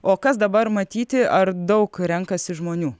o kas dabar matyti ar daug renkasi žmonių